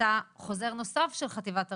יצא חוזר נוסף של חטיבת הרפואה.